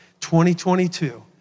2022